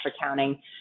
accounting